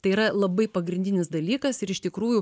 tai yra labai pagrindinis dalykas ir iš tikrųjų